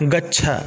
गच्छ